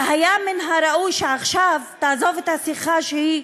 היה מן הראוי שעכשיו תעזוב את השיחה שהיא